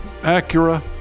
Acura